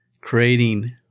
creating